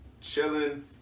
chilling